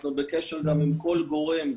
אנחנו גם בקשר עם כל גורם,